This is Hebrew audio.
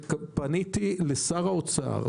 ופניתי לשר האוצר,